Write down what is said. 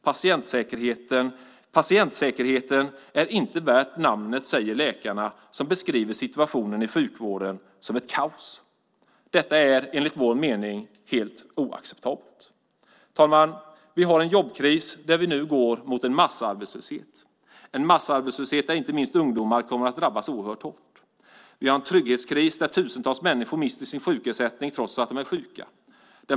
Patientsäkerheten är inte värd namnet, säger läkarna som beskriver situationen i sjukvården som ett kaos. Detta är enligt vår mening helt oacceptabelt! Herr talman! Vi har en jobbkris och går nu mot massarbetslöshet. Inte minst ungdomar kommer att drabbas oerhört hårt. Vi har också en trygghetskris. Tusentals människor mister sin sjukersättning trots att de är sjuka.